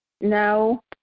No